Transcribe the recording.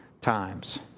times